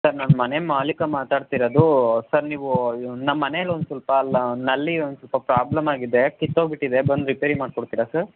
sir ನಾನು ಮನೆ ಮಾಲಿಕ ಮಾತಾಡ್ತೀರೋದೂ ಸರ್ ನೀವು ನಮ್ಮ ಮನೇಲಿ ಒಂದು ಸ್ವಲ್ಪ ಅಲ್ಲ ನಲ್ಲಿ ಒಂದು ಸ್ವಲ್ಪ ಪ್ರಾಬ್ಲಮ್ ಆಗಿದೆ ಕಿತ್ತೊಗಿಬಿಟ್ಟಿದೆ ಬಂದು ರಿಪೇರಿ ಮಾಡಿಕೊಡ್ತೀರಾ ಸರ್